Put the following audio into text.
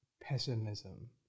pessimism